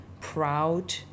proud